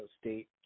State